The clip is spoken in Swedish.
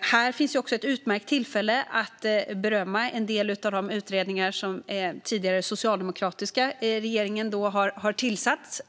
Här finns också ett utmärkt tillfälle att berömma en del av de utredningar som den tidigare socialdemokratiska regeringen har tillsatt